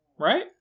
Right